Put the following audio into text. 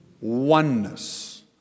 oneness